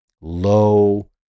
low